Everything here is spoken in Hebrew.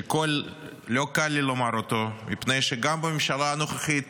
לא קל לי לומר אותו, מפני שגם בממשלה הנוכחית